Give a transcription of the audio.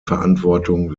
verantwortung